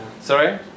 Sorry